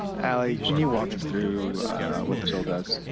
ah like can you walk us through what the bill does?